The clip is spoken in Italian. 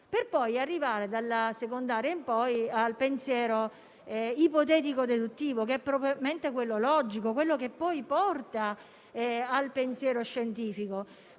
per poi arrivare, dalla secondaria in poi, al pensiero ipotetico-deduttivo, che è probabilmente quello logico, quello che poi porta al pensiero scientifico.